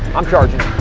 i'm charging.